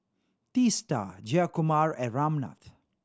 Teesta Jayakumar and Ramnath